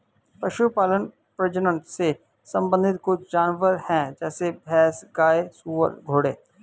पशुपालन प्रजनन से संबंधित कुछ जानवर है जैसे भैंस, गाय, सुअर, घोड़े